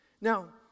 Now